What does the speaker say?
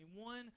one